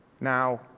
Now